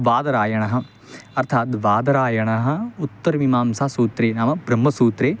बादरायणः अर्थात् बादरायणः उत्तरमीमांसा सूत्रे नाम ब्रह्मसूत्रे